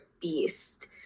beast